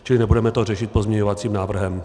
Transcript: Čili nebudeme to řešit pozměňovacím návrhem.